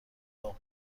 باغ